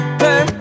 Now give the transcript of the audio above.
hey